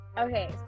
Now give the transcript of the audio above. okay